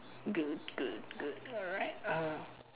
good good good alright uh